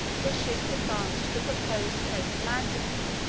the ships advanced to the proposed place of landing.